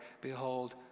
Behold